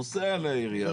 נוסע לעירייה,